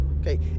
Okay